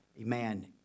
amen